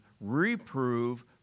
reprove